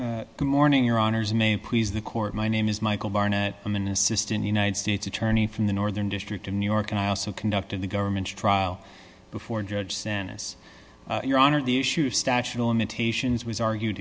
good morning your honors may please the court my name is michael barnett i'm an assistant united states attorney from the northern district of new york and i also conducted the government's trial before judge stannis your honor the issue statute of limitations was argued